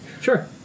sure